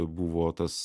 buvo tas